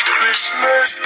Christmas